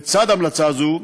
לצד המלצה זו,